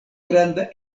granda